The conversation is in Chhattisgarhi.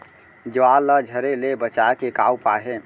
ज्वार ला झरे ले बचाए के का उपाय हे?